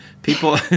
People